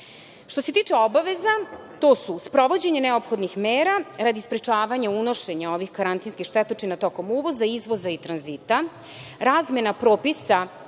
se tiče obaveza, to su sprovođenje neophodnih mera radi sprečavanja unošenja ovih karantinskih štetočina tokom uvoza i izvoza i tranzita, razmena propisa